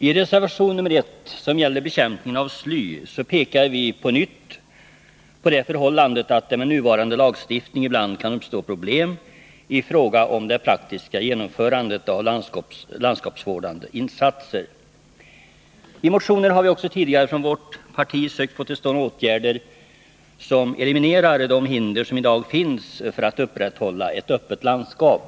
I reservation nr 1, som gäller bekämpningen av sly, pekar vi på nytt på det förhållandet att det med nuvarande lagstiftning ibland uppstår problem i fråga om det praktiska genomförandet av landskapsvårdande insatser. I motioner har vi också tidigare från vårt parti sökt få till stånd åtgärder som eliminerar de hinder som i dag finns för ett upprätthållande av ett öppet landskap.